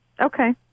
Okay